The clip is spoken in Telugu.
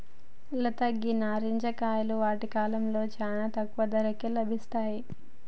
లత గీ నారింజ కాయలు వాటి కాలంలో చానా తక్కువ ధరకే లభిస్తాయి